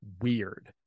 weird